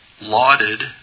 lauded